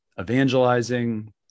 evangelizing